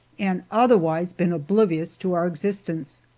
and otherwise been oblivious to our existence.